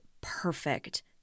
perfect